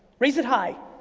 raise it high.